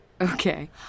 okay